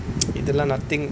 இதெல்லாம்:ithellaam nothing